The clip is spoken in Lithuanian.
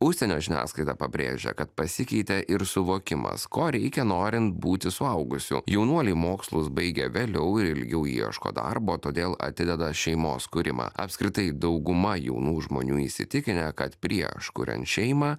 užsienio žiniasklaida pabrėžia kad pasikeitė ir suvokimas ko reikia norint būti suaugusiu jaunuoliai mokslus baigę vėliau ir ilgiau ieško darbo todėl atideda šeimos kūrimą apskritai dauguma jaunų žmonių įsitikinę kad prieš kuriant šeimą